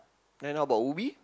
then what about Ubi